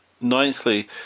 Ninthly